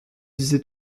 disais